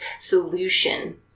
solution